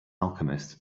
alchemist